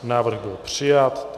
Návrh byl přijat.